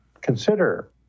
Consider